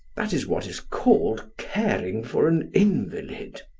that is what is called caring for an invalid!